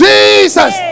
Jesus